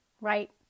right